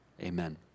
Amen